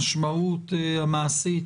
המשמעות המעשית